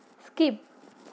skip